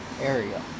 area